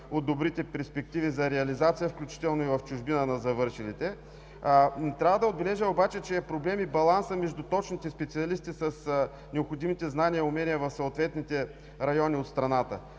от добрите перспективи за реализация на завършилите, включително и в чужбина. Трябва да отбележа, че е проблем и балансът между точните специалисти с необходимите знания и умения в съответните райони от страната.